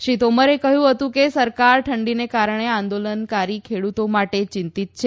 શ્રી તોમરે કહ્યું હતું કે સરકાર ઠંડીને કારણે આંદોલનકારી ખેડ઼તો માટે ચિંતીત છે